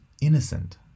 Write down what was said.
innocent